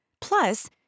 Plus